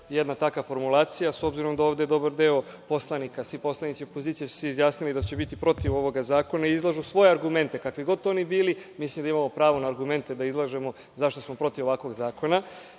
jedna takva formulacija, s obzirom da ovde dobar deo poslanika, svi poslanici opozicije su se izjasnili da će biti protiv ovog zakona i izlažu svoje argumente, kakvi god oni bili. Mislim da imamo pravo da izlažemo argumente zašto smo protiv ovakvog zakona.